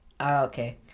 Okay